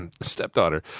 stepdaughter